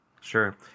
Sure